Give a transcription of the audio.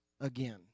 again